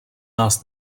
nás